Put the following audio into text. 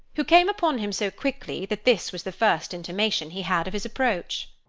who came upon him so quickly that this was the first intimation he had of his approach.